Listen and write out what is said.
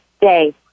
day